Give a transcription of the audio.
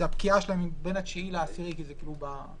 שהפקיעה בין ה-9 ל-10 --- בתפר,